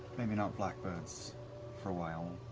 maybe not black birds for a while.